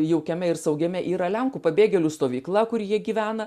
jaukiame ir saugiame yra lenkų pabėgėlių stovykla kur jie gyvena